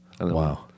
Wow